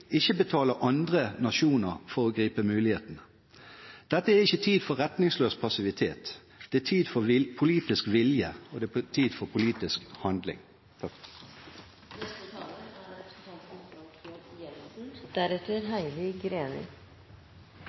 ikke betale andre nasjoner for å gripe mulighetene. Dette er ikke tid for retningsløs passivitet, det er tid for politisk vilje, og det er tid for politisk handling.